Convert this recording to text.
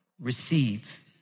Receive